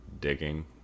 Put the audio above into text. digging